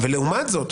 לעומת זאת,